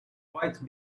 white